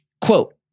quote